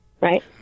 right